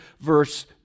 verse